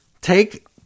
take